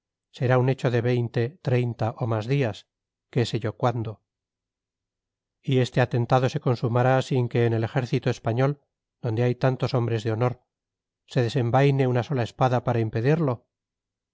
será un hecho dentro de veinte treinta o más días qué sé yo cuándo y este atentado se consumará sin que en el ejército español donde hay tantos hombres de honor se desenvaine una sola espada para impedirlo